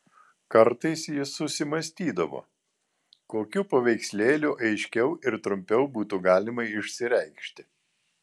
kartais jis susimąstydavo kokiu paveikslėliu aiškiau ir trumpiau būtų galima išsireikšti